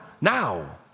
now